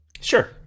Sure